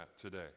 today